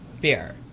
beer